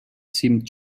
seemed